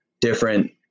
different